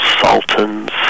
sultans